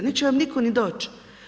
Neće vam nitko ni doći.